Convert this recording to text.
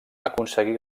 aconseguir